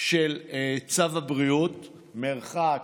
של צו הבריאות: מרחק,